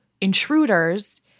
intruders –